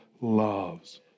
loves